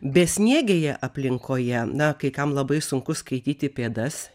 besniegėje aplinkoje na kai kam labai sunku skaityti pėdas